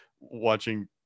watching